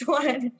one